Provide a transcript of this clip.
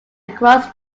across